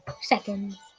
seconds